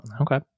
okay